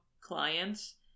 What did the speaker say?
clients